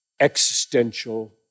existential